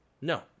No